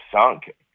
sunk